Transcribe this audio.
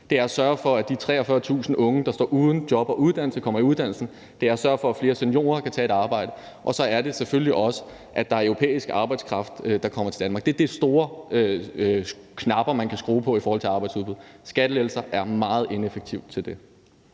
det er at sørge for, at de 43.000 unge, der står uden job og uddannelse, kommer i uddannelse; det er at sørge for, at flere seniorer kan tage et arbejde; og så er det selvfølgelig også, at der er europæisk arbejdskraft, der kommer til Danmark. Det er de store knapper, man kan skrue på i forhold til arbejdsudbud. Skattelettelser er meget ineffektive til det.